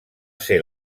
ser